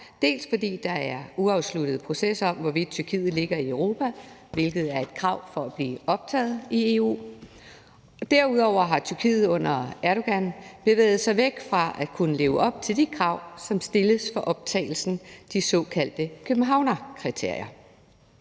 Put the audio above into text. fordi der er en uafsluttet proces om, hvorvidt Tyrkiet ligger i Europa, hvilket er et krav for at blive optaget i EU. Derudover har Tyrkiet under Erdogan bevæget sig væk fra at kunne leve op til de krav, som stilles for optagelsen, de såkaldte Københavnskriterier.